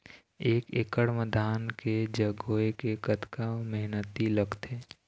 एक एकड़ म धान के जगोए के कतका मेहनती लगथे?